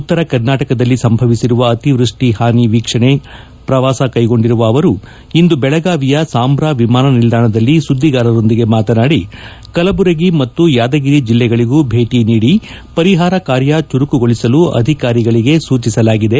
ಉತ್ತರ ಕರ್ನಾಟಕದಲ್ಲಿ ಸಂಭವಿಸಿರುವ ಅತಿವೃಷ್ಷಿ ಹಾನಿ ವೀಕ್ಷಣೆ ಪ್ರವಾಸ ಕೈಗೊಂಡಿರುವ ಅವರು ಇಂದು ಬೆಳಗಾವಿಯ ಸಾಂಬ್ರಾ ವಿಮಾನ ನಿಲ್ದಾಣದಲ್ಲಿ ಸುದ್ದಿಗಾರರೊಂದಿಗೆ ಮಾತನಾಡಿ ಕಲಬುರ್ಗಿ ಮತ್ತು ಯಾದಿಗಿರಿ ಜಿಲ್ಲೆಗಳಗೂ ಭೇಟಿ ನೀಡಿ ಪರಿಹಾರ ಕಾರ್ಯ ಚುರುಕುಗೊಳಿಸಲು ಅಧಿಕಾರಿಗಳಿಗೆ ಸೂಚಿಸಲಾಗಿದೆ